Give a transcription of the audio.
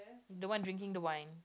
the one drinking the wine